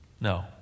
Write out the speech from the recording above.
No